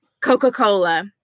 Coca-Cola